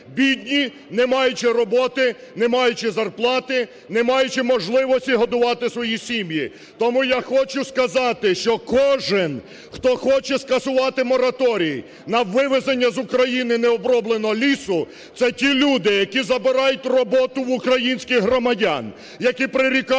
бідні, не маючи роботи, не маючи зарплати, не маючи можливості годувати свої сім'ї. Тому я хочу сказати, що кожен, хто хоче скасувати мораторій на вивезення з України необробленого лісу, це ті люди, які забирають роботу в українських громадян, які прирікають